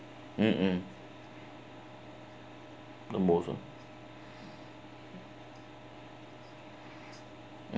mmhmm most uh